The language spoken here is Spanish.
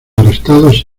arrestados